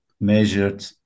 measured